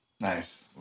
Nice